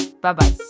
Bye-bye